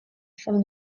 from